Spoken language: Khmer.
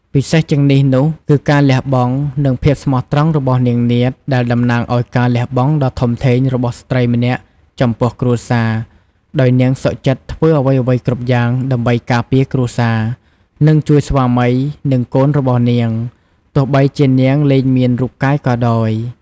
ពិសេសជាងនេះនោះគឺការលះបង់ និងភាពស្មោះត្រង់របស់នាងនាថដែលតំណាងឱ្យការលះបង់ដ៏ធំធេងរបស់ស្ត្រីម្នាក់ចំពោះគ្រួសារ ដោយនាងសុខចិត្តធ្វើអ្វីៗគ្រប់យ៉ាងដើម្បីការពារគ្រួសារ និងជួយស្វាមី និងកូនរបស់នាង ទោះបីជានាងលែងមានរូបកាយក៏ដោយ ។